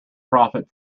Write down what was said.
profit